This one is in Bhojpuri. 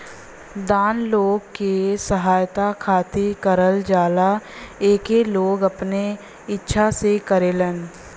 दान लोग के सहायता खातिर करल जाला एके लोग अपने इच्छा से करेलन